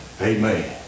Amen